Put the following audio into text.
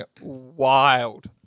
wild